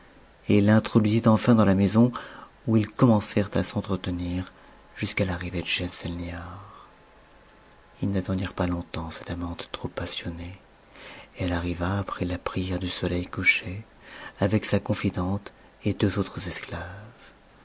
et l'introduisit enfin dans la maison où ils commencèrent à s'entretenir jusqu'à l'arrivée de schemselnihar ils n'attendirent pas longtemps cette amante trop passionnée elle arriva après la prière du soleil couché avec sa confidente et deux autres octaves